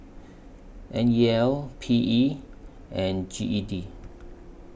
N E L P E and G E D